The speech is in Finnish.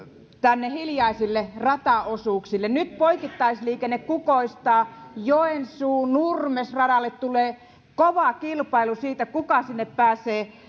tänne hiljaisille rataosuuksille nyt poikittaisliikenne kukoistaa joensuu nurmes radalle tulee kova kilpailu siitä kuka sinne pääsee